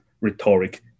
rhetoric